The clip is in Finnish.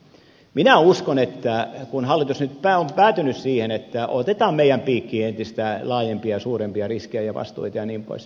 minä uskon että kun hallitus nyt on päätynyt siihen että otetaan meidän piikkiin entistä laajempia ja suurempia riskejä ja vastuita jnp